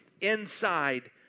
inside